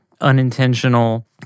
unintentional